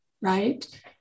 right